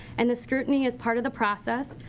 and the scrutiny is part of the process.